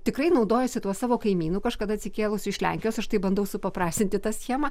tikrai naudojosi tuo savo kaimynu kažkada atsikėlusiu iš lenkijos aš tai bandau supaprastinti tą schemą